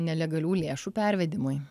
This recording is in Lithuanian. nelegalių lėšų pervedimui